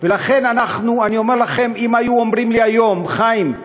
לכן אני אומר לכם, אם היו אומרים לי היום: חיים,